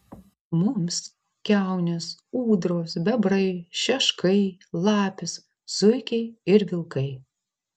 mums kiaunės ūdros bebrai šeškai lapės zuikiai ir vilkai